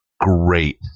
great